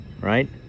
Right